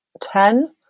ten